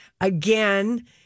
again